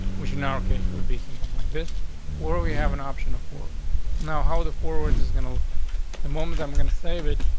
which in our case, would be something when this where we have an option. if word now how the forwards is gonna look like the moment i'm going to save it.